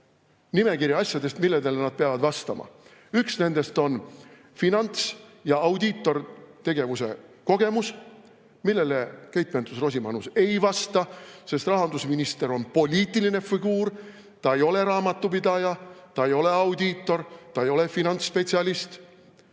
nimekiri asjadest, millele kontrollikoja kandidaat peab vastama. Üks nendest on finants‑ ja audiitortegevuse kogemus, millele Keit Pentus-Rosimannus ei vasta, sest rahandusminister on poliitiline figuur. Ta ei ole raamatupidaja, ta ei ole audiitor, ta ei ole finantsspetsialist.